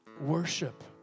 Worship